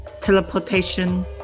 teleportation